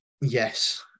yes